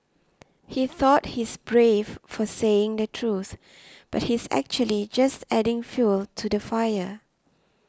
he thought he's brave for saying the truth but he's actually just adding fuel to the fire